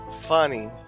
funny